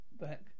back